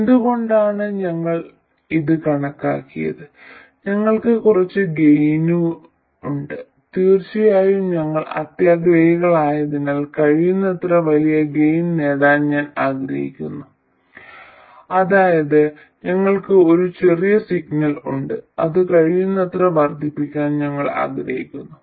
എന്തുകൊണ്ടാണ് ഞങ്ങൾ ഇത് കണക്കാക്കിയത് ഞങ്ങൾക്ക് കുറച്ച് ഗെയിനുണ്ട് തീർച്ചയായും ഞങ്ങൾ അത്യാഗ്രഹികളായതിനാൽ കഴിയുന്നത്ര വലിയ ഗെയിൻ നേടാൻ ഞങ്ങൾ ആഗ്രഹിക്കുന്നു അതായത് ഞങ്ങൾക്ക് ഒരു ചെറിയ സിഗ്നൽ ഉണ്ട് അത് കഴിയുന്നത്ര വർദ്ധിപ്പിക്കാൻ ഞങ്ങൾ ആഗ്രഹിക്കുന്നു